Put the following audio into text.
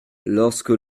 lorsque